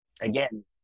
Again